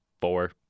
Four